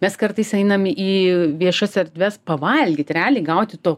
mes kartais einam į viešas erdves pavalgyt realiai gauti to